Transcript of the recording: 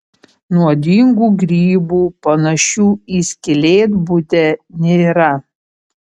nuodingų grybų panašių į skylėtbudę nėra